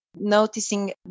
noticing